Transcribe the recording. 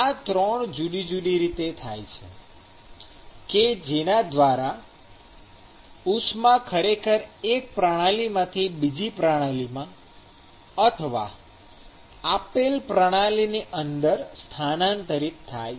આ 3 જુદી જુદી રીતો છે કે જેના દ્વારા ઉષ્મા ખરેખર એક પ્રણાલીમાંથી બીજી પ્રણાલીમાં અથવા આપેલ પ્રણાલીની અંદર સ્થાનાંતરિત થાય છે